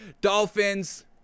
Dolphins